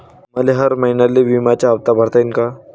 मले हर महिन्याले बिम्याचा हप्ता भरता येईन का?